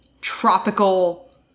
tropical